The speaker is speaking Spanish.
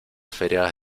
ferias